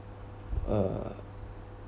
uh